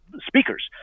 speakers